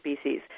species